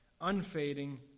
unfading